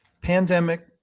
pandemic